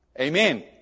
Amen